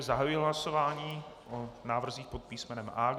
Zahajuji hlasování o návrzích pod písmenem A.